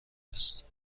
است